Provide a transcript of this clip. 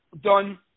done